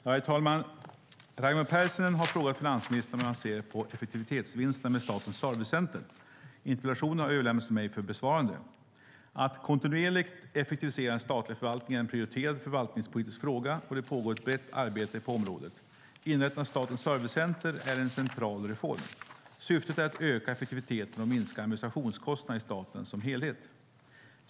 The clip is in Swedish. Herr talman! Raimo Pärssinen har frågat finansministern hur han ser på effektivitetsvinsterna med Statens servicecenter. Interpellationen har överlämnats till mig för besvarande. Att kontinuerligt effektivisera den statliga förvaltningen är en prioriterad förvaltningspolitisk fråga och det pågår ett brett arbete på området. Inrättandet av Statens servicecenter är en central reform. Syftet är att öka effektiviteten och minska administrationskostnaderna i staten som helhet.